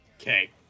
Okay